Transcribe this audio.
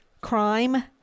crime